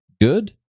good